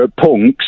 punks